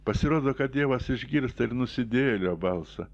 pasirodo kad dievas išgirsta ir nusidėjėlio balsą